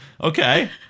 Okay